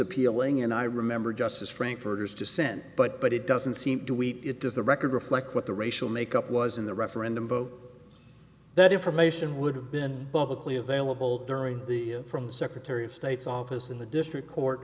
appealing and i remember justice frankfurters dissent but but it doesn't seem to eat it does the record reflect what the racial makeup was in the referendum vote that information would have been publicly available during the from the secretary of state's office in the district court